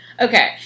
Okay